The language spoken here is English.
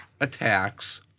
attacks